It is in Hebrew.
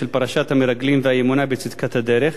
של פרשת המרגלים והאמונה בצדקת הדרך.